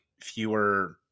fewer